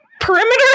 perimeter